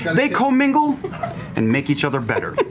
they co-mingle and make each other better.